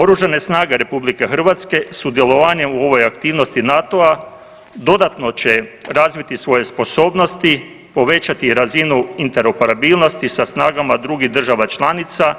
Oružane snage Republike Hrvatske sudjelovanjem u ovoj aktivnosti NATO-a dodatno će razviti svoje sposobnosti, povećati razinu interoperabilnosti sa snagama drugih država članica,